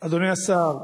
אדוני השר,